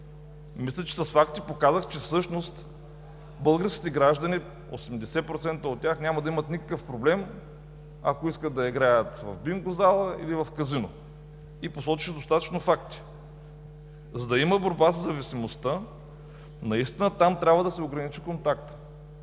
обекта. С факти показах, че всъщност българските граждани – 80% от тях, няма да имат никакъв проблем, ако искат да играят в бинго зала или в казино. Посочих достатъчно факти. За да има борба със зависимостта, наистина там трябва да се ограничи контактът.